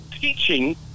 teaching